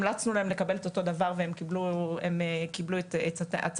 אנחנו המלצנו להם לקבל את אותו הדבר והם קיבלו את עצתנו,